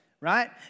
right